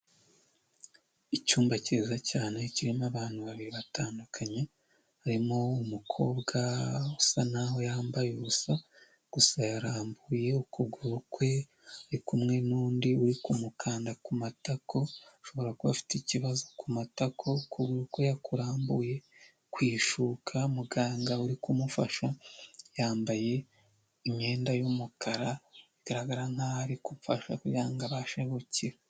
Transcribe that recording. Icyumba kiza cyane kirimo abantu babiri batandukanye, harimo umukobwa usa naho yambaye ubusa, gusa yarambuye ukuguru kwe ari kumwe n'undi uri kumukanda ku matako, ashobora kuba afite ikibazo ku matako, ukuguru kwe yakurambuye kwishuka, muganga uri kumufasha yambaye imyenda y'umukara bigaragara nkaho ari kumfasha kugira ngo abashe gukira.